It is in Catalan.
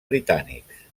britànics